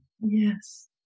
Yes